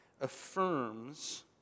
affirms